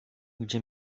gdzie